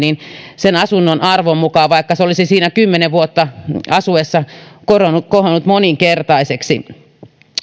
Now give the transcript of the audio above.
sen asunnon arvon mukaan vaikka se olisi siinä kymmenen vuotta asuessa kohonnut kohonnut moninkertaiseksi